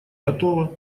готова